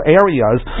areas